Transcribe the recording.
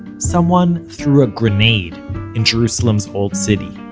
someone threw a grenade in jerusalem's old city.